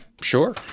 Sure